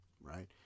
right